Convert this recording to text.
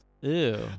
ew